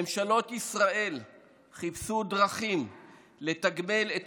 ממשלות ישראל חיפשו דרכים לתגמל את